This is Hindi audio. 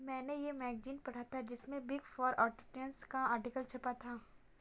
मेने ये मैगज़ीन पढ़ा था जिसमे बिग फॉर ऑडिटर्स का आर्टिकल छपा था